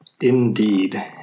Indeed